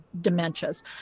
dementias